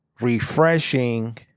refreshing